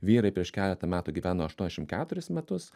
vyrai prieš keletą metų gyveno aštuoniasdešimt keturis metus